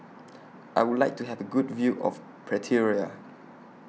I Would like to Have A Good View of Pretoria